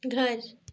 घर